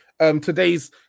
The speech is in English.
today's